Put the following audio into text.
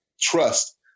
trust